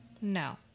No